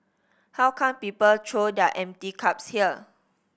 how come people throw their empty cups here